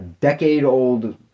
decade-old